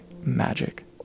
magic